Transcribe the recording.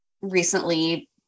recently